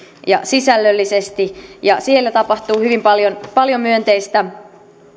ja sisällöllisesti siellä tapahtuu hyvin paljon paljon myönteistä